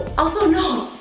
also, no,